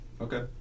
Okay